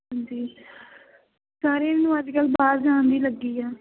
ਹਾਂਜੀ ਸਾਰਿਆਂ ਨੂੰ ਅੱਜ ਕੱਲ੍ਹ ਬਾਹਰ ਜਾਣ ਦੀ ਲੱਗੀ ਆ